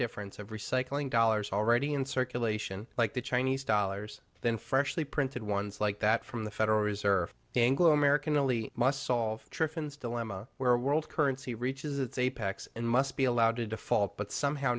difference of recycling dollars already in circulation like the chinese dollars then freshly printed ones like that from the federal reserve dangler american really must solve triptans dilemma where world currency reaches its apex and must be allowed to default but somehow